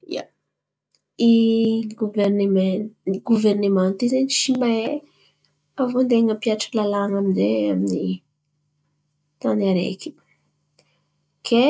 Goverinemanty i goverinemanty io zen̈y tsy mahay avô andeha ampihatriky lalàn̈a amy izay amy ny tany areky. Ke